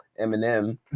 eminem